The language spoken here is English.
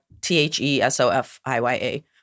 T-H-E-S-O-F-I-Y-A